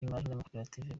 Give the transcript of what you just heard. n’amakoperative